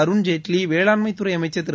அருண்ஜேட்லி வேளாண்மைத்துறை அமைச்சர் திரு